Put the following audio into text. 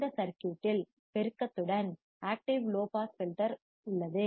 இந்த சர்க்யூட் இல் பெருக்கத்துடன் amplifier active low pass filter உள்ளது